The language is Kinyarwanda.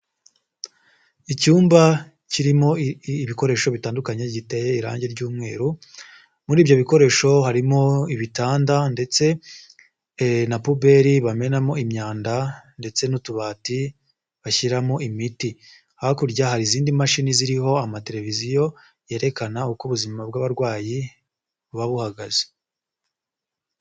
Icyumba kirimo ibikoresho bitandukanye giteye irange ry'umweru, muri ibyo bikoresho harimo ibitanda ndetse na puberi bamenamo imyanda, ndetse n'utubati bashyiramo imiti. Hakurya hari izindi mashini ziriho amateleviziyo, yerekana uko ubuzima bw'abarwayi buba buhagaze.